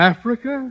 Africa